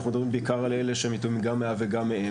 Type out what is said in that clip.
אנחנו מדברים בעיקר על אלה שהם יתומים גם מאב וגם מאם,